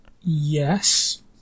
Yes